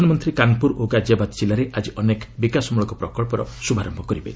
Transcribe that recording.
ପ୍ରଧାନମନ୍ତ୍ରୀ କାନପୁର ଓ ଗାଜିଆବାଦ ଜିଲ୍ଲାରେ ଆଜି ଅନେକ ବିକାଶମ୍ମଳକ ପ୍ରକଳ୍ପର ଶୁଭାରମ୍ଭ କରିବେ